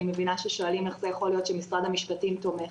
אני מבינה ששואלים איך זה יכול להיות שמשרד המשפטים תומך.